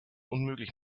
unmöglich